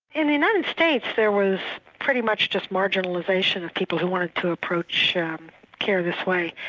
in the united states, there was pretty much just marginalisation of people who wanted to approach um care this way.